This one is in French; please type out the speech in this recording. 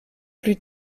plus